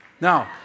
Now